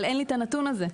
אבל אין לי את הנתון הזה.